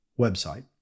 website